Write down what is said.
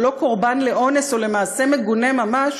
או לא קורבן לאונס או למעשה מגונה ממש,